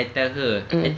mm